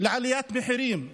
לעליית מחירים.